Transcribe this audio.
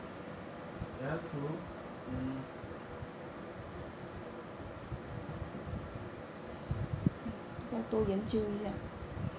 ya true hmm